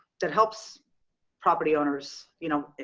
that helps property owners, you know,